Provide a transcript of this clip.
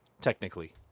Technically